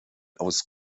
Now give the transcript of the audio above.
aus